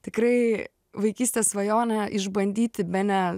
tikrai vaikystės svajonė išbandyti bene